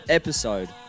episode